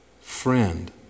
friend